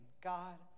God